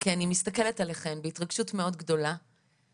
כי אני מסתכלת עליכן הבוקר בהתרגשות מאוד גדולה ואומרת